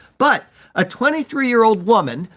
but a twenty three year old woman,